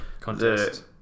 contest